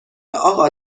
اقا